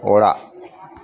ᱚᱲᱟᱜ